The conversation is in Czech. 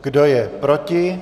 Kdo je proti?